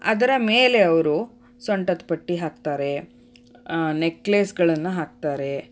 ಅದರ ಮೇಲೆ ಅವರು ಸೊಂಟದಪಟ್ಟಿ ಹಾಕ್ತಾರೆ ನೆಕ್ಲೇಸ್ಗಳನ್ನು ಹಾಕ್ತಾರೆ